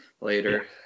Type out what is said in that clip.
later